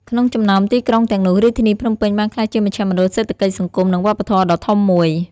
ក្នុងចំណោមទីក្រុងទាំងនោះ រាជធានីភ្នំពេញបានក្លាយជាមជ្ឈមណ្ឌលសេដ្ឋកិច្ច សង្គម និងវប្បធម៌ដ៏ធំមួយ។